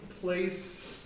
place